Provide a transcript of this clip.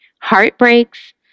Heartbreaks